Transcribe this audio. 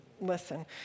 listen